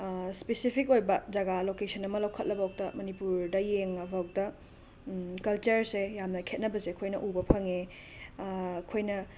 specific ꯑꯣꯏꯕ ꯖꯒꯥ location ꯑꯃ ꯂꯧꯈꯠꯂꯕꯧꯇ ꯃꯅꯤꯄꯨꯔꯗ ꯌꯦꯡꯉꯕꯧꯗ ꯀꯜꯆꯔꯁꯦ ꯌꯥꯝꯅ ꯈꯦꯠꯅꯕꯁꯦ ꯑꯩꯈꯣꯏꯅ ꯎꯕ ꯐꯪꯉꯦ ꯑꯩꯈꯣꯏꯅ